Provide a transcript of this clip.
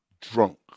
drunk